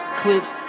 clips